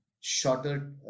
shorter